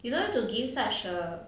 you don't have to give such a